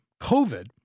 COVID